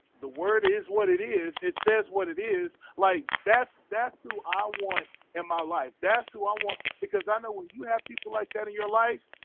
the word is what it is it says what it is like that's that's who i want in my life that's who i want because i know when you have people like that in your life,